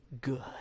good